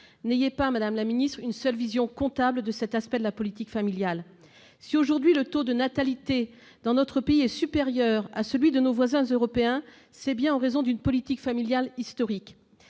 n'ayez pas seulement une vision comptable de cet aspect de la politique familiale ! Si le taux de natalité dans notre pays est aujourd'hui supérieur à celui de nos voisins européens, c'est bien en raison d'une politique familiale historique.